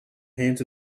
hands